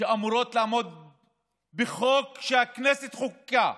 שאמורות לעמוד בחוק שהכנסת חוקקה,